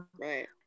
right